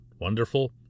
Wonderful